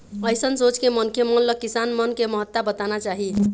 अइसन सोच के मनखे मन ल किसान मन के महत्ता बताना चाही